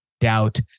doubt